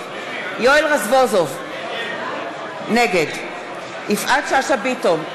נגד יואל רזבוזוב, נגד יפעת שאשא ביטון,